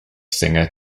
singer